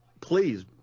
please